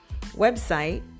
website